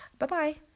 Bye-bye